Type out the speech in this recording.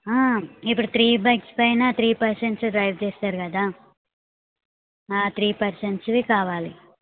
ఇప్పుడు three bikes పైన three persons drive చేస్తారు కదా ఆ త్రీ పర్సన్స్వి కావాలి